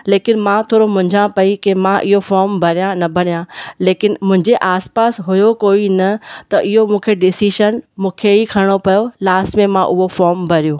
लेकिन मां थोरो मुंझां पई की मां इहो फार्म भरिया न भरिया लेकिन मुंहिंजे आसपास हुयो कोई न त इहो मूंखे डिसीशन मूंखे ई खणिणो पियो लास्ट में मां उहो फॉर्म भरियो